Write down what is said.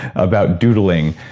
about doodling,